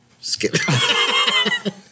Skip